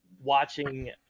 watching